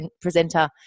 presenter